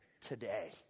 today